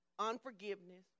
Unforgiveness